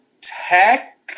tech